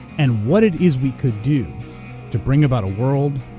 and what it is we could do to bring about a world,